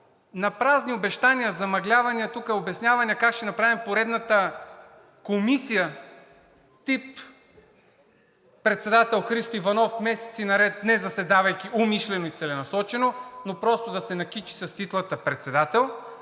напразни обещавания, замъглявания, тук обясняване как ще направим поредната комисия, тип – председател Христо Иванов, месеци наред не заседавайки умишлено и целенасочено, но просто да се накичи с титлата председател,